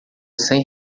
cem